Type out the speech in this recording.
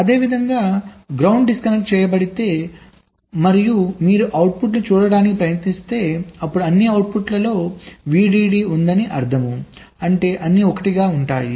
అదేవిధంగా ground disconnect చేయబడితే మరియు మీరు అవుట్పుట్లను చూడటానికి ప్రయత్నిస్తే అప్పుడుఅన్ని అవుట్పుట్లలో VDD ఉందని అర్థం అంటే అన్ని 1 గా ఉంటాయి